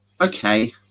okay